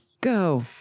go